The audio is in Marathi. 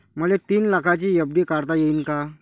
मले तीन लाखाची एफ.डी काढता येईन का?